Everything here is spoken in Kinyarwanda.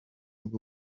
bwo